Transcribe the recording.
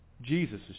Jesus